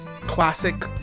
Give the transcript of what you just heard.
classic